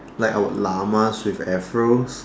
like our llamas with Afros